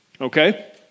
Okay